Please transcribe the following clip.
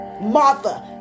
Martha